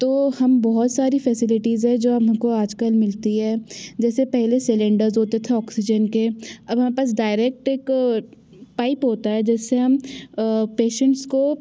तो हम बहुत सारी फ़ैसिलीटीज़ है जो हमको आजकल मिलती है जैसे पहले सैलेंडर्स होते थे ऑक्सीजन के अब हमारे पास डायरेक्ट एक पाइप होता है जिससे हम पेशेंट्स को